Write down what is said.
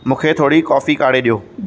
मूंखे थोड़ी कॉफ़ी काढ़े ॾियो